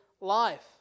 life